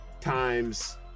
times